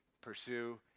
pursue